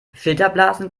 filterblasen